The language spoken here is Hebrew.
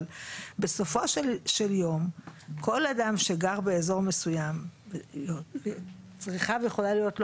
אבל בסופו של יום כל אדם שגר באזור מסוים צריכה ויכולה להיות לו